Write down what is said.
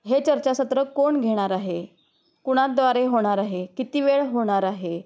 हे चर्चासत्र कोण घेणार आहे कुणातद्वारे होणार आहे किती वेळ होणार आहे